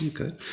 Okay